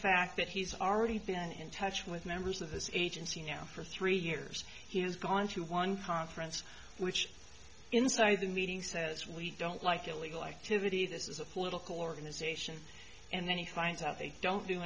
that he's already been in touch with members of his agency now for three years he has gone to one conference which inside the meeting says we don't like illegal activity this is a political organization and then he finds out they don't do